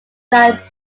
that